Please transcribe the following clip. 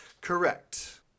correct